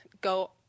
go